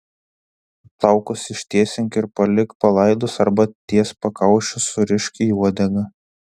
plaukus ištiesink ir palik palaidus arba ties pakaušiu surišk į uodegą